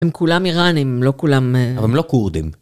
הם כולם איראנים, לא כולם... אבל הם לא כורדים.